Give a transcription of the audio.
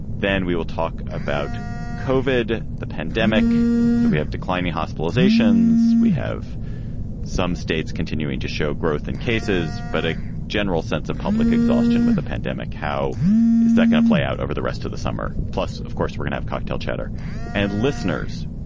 then we will talk about covered the pandemic. so we have declining hospitalizations. we have some states continuing to show growth in cases. but a general sense of public exhaustion with a pandemic. how is that gonna play out over the rest of the summer? plus, of course, we're gonna have cocktail chatter and listeners.